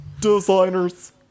Designers